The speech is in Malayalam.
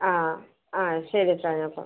ആ ആ ശരി സാർ അപ്പം